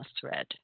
thread